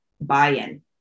buy-in